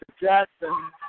Jackson